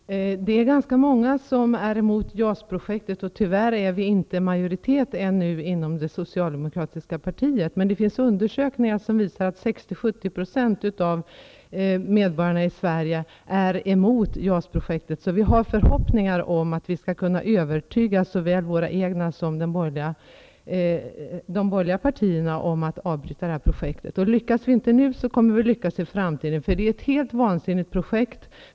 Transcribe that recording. Herr talman! Det är ganska många som är emot JAS-projektet. Tyvärr är vi inte i majoritet inom det socialdemokratiska partiet. Men det finns undersökningar som visar att 60--70 % av medborgarna i Sverige är emot JAS-projektet. Vi har förhoppningar om att vi skall kunna övertyga såväl vårt eget parti som de borgerliga partierna om att avbryta projektet. Lyckas vi inte nu kommer vi att lyckas i framtiden. Det är ett helt vansinnigt projekt.